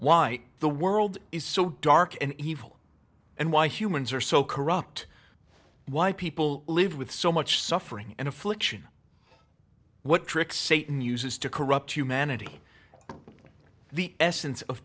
why the world is so dark and evil and why humans are so corrupt why people live with so much suffering and affliction what tricks satan uses to corrupt humanity the essence of